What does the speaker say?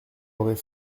aurait